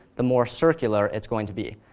the more circular it's going to be.